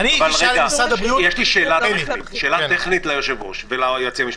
שאלה טכנית ליושב-ראש ולייעוץ המשפטי,